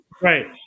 Right